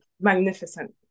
magnificent